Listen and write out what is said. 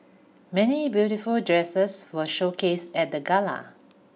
many beautiful dresses were showcased at the Gala